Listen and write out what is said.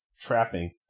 trapping